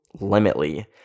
limitly